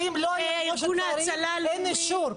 ואם לא יהיה כמו שצריך אין אישור.